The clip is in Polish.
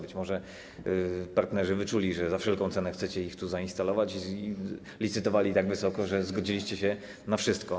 Być może partnerzy wyczuli, że za wszelką cenę chcecie ich tu zainstalować, i licytowali tak wysoko, że zgodziliście się na wszystko.